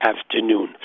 afternoon